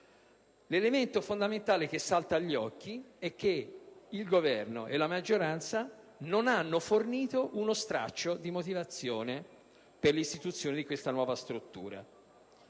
L'elemento fondamentale che salta agli occhi è che il Governo e la maggioranza non hanno fornito uno straccio di motivazione per l'istituzione della nuova struttura.